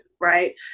right